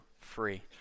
free